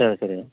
சரி சரி